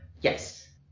Yes